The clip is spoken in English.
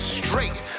straight